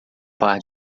par